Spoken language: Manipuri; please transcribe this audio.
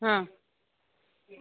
ꯑꯥ